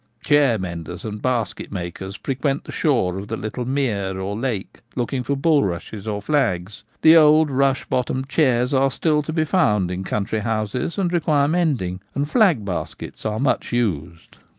chair-menders and basket-makers frequent the shore of the little mere or lake looking for bulrushes or flags the old rush-bottomed chairs are still to be found in country houses, and require mending and flag-baskets are much used.